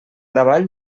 davall